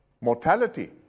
mortality